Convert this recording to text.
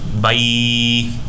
Bye